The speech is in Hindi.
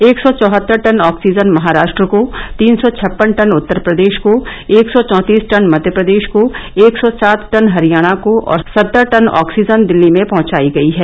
एक सौ चौहत्तर टन ऑक्सीजन महाराष्ट्र को तीन सौ छष्पन टन उत्तरप्रदेश को एक सौ चौंतीस टन मध्यप्रदेश को एक सौ सात टन हरियाणा को और सत्तर टन ऑक्सीजन दिल्ली में पहुंचाई गई है